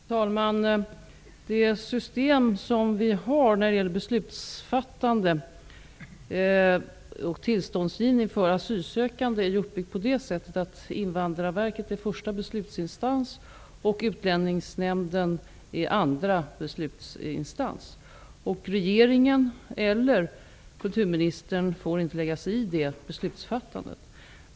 Fru talman! Det system för beslutsfattande och tillståndsgivning för asylsökande som vi har är uppbyggt på så sätt att Invandrarverket är första beslutsinstans och Utlänningsnämnden är andra beslutsinstans. Regeringen eller kulturministern får inte lägga sig i beslutsfattandet.